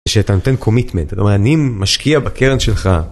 שאתה נותן קומיטמנט, זאת אומרת אני משקיע בקרן שלך.